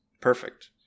Perfect